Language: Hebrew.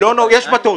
יש מטוס.